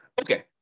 Okay